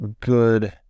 good